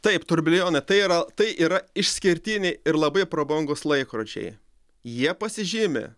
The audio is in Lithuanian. taip turbilijonai tai yra tai yra išskirtiniai ir labai prabangūs laikrodžiai jie pasižymi